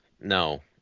No